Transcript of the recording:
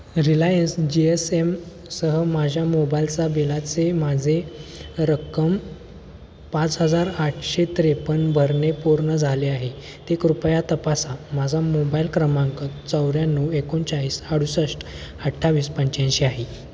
Reliance G S M सह माझ्या मोबाईलचा बिलाचे माझे रक्कम पाच हजार आठशे त्रेपन्न भरणे पूर्ण झाले आहे ते कृपया तपासा माझा मोबाईल क्रमांक चौऱ्याण्णव एकोणचाळीस अडुसष्ट अठ्ठावीस पंच्याऐंशी आहे